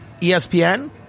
ESPN